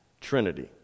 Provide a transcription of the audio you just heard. Trinity